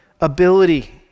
ability